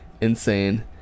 Insane